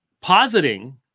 positing